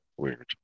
weird